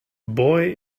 boy